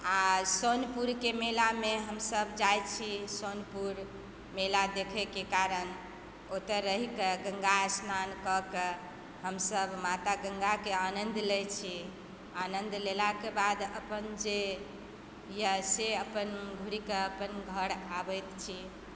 आओर सोनपुरके मेलामे हमसब जाइत छी सोनपुर मेला देखैके कारण ओतय रहिकऽ गङ्गा स्नान कए कऽ हमसब माता गङ्गाके आनन्द लैत छी आनन्द लेलाके बाद अपन जे यऽ से अपन घुरिकऽ अपन घर आबैत छी